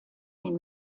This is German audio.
den